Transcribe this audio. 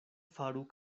faru